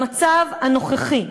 במצב הנוכחי,